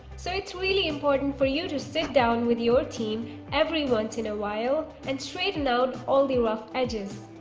so it's really important for you to sit down with your team every once in a while and straighten out all the rough edges.